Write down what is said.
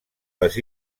les